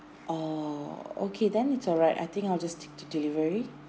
orh okay then it's alright I think I'll just stick to delivery